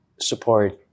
support